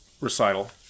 recital